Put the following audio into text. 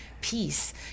peace